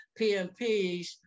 PMPs